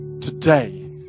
today